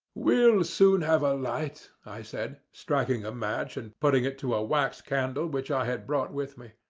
we'll soon have a light i said, striking a match and putting it to a wax candle which i had brought with me.